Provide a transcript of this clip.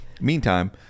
Meantime